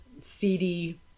CD